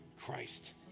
Christ